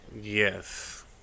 Yes